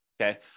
okay